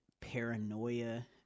paranoia